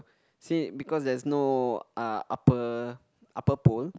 see because there's uh no upper upper pole